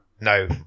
No